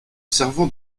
servant